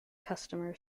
customer